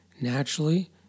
naturally